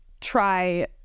try